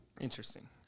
Interesting